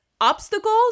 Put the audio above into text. obstacles